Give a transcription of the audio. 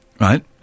right